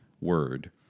Word